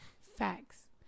facts